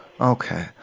Okay